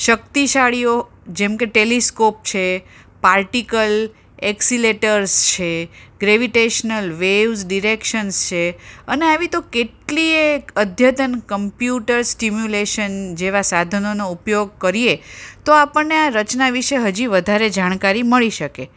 શક્તિશાળીઓ જેમ કે ટેલિસ્કોપ છે પાર્ટીકલ એકસીલેટર્સ છે ગ્રેવિટેશનલ વેવ્સ ડિરેકસન્સ છે અને આવી તો કેટલીયે અદ્યતન કમ્પ્યુટર્સ સ્ટિમ્યુલેસન જેવા સાધનોનો ઉપયોગ કરીએ તો આપણને આ રચના વિષે હજી વધારે જાણકારી મળી શકે